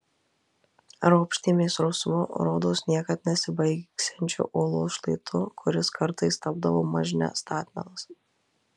ropštėmės rusvu rodos niekad nesibaigsiančiu uolos šlaitu kuris kartais tapdavo mažne statmenas